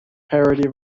parity